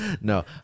no